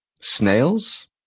Snails